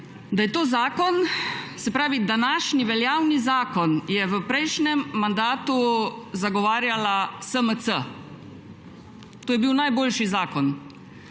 To je, da je današnji veljavni zakon v prejšnjem mandatu zagovarjala SMC, to je bil najboljši zakon.